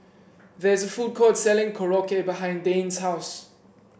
there is a food court selling Korokke behind Dayne's house